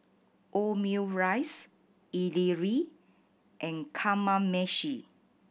Omurice Idili and Kamameshi